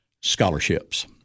scholarships